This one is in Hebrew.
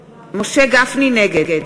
גפני, נגד